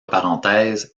parenthèses